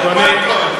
"דירו בּאלכּום",